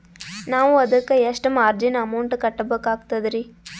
ನಾವು ಅದಕ್ಕ ಎಷ್ಟ ಮಾರ್ಜಿನ ಅಮೌಂಟ್ ಕಟ್ಟಬಕಾಗ್ತದ್ರಿ?